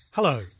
Hello